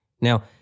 Now